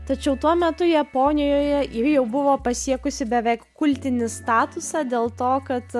tačiau tuo metu japonijoje jau buvo pasiekusi beveik kultinį statusą dėl to kad